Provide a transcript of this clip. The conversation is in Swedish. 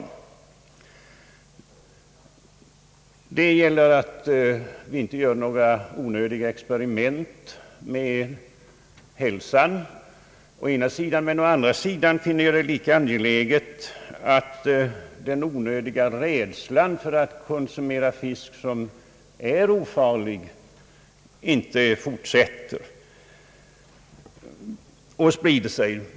Å ena sidan gäller det att inte göra onödiga experiment med hälsan, men å andra sidan finner jag det lika angeläget att den onödiga rädslan för att konsumera ofarlig fisk inte lever vidare och sprider sig.